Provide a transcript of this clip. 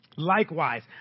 Likewise